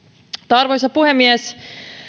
arvoisa puhemies